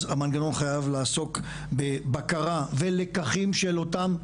אז המנגנון חייב לעסוק בבקרה ולקחים של אותם,